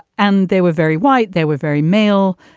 and they were very white. they were very male.